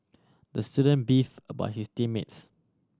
the student beef about his team mates